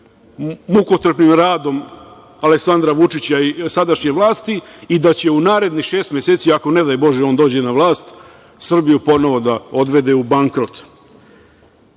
mukotrpnim radom Aleksandra Vučića i sadašnje vlasti i da će u narednih šest meseci, ako ne daj bože on dođe na vlast, Srbiju ponovo da odvede u bankrot. Nasmejah